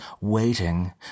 waiting